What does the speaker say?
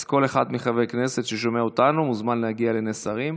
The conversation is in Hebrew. אז כל אחד מחברי הכנסת ששומע אותנו מוזמן להגיע לנס הרים.